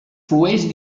flueix